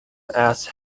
asks